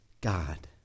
God